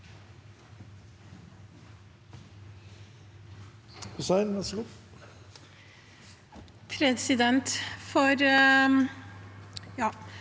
Presidenten